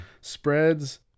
spreads